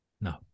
No